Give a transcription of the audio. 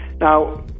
Now